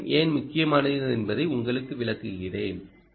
இந்த பின் ஏன் முக்கியமானது என்பதை உங்களுக்கு விளக்குகிறேன்